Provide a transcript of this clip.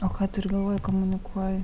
o ką turi galvoj komunikuoji